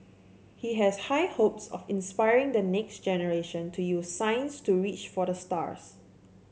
he has high hopes of inspiring the next generation to use science to reach for the stars